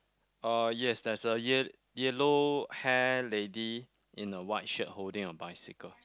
uh yes there's a ye~ yellow hair lady in a white shirt holding a bicycle